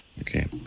Okay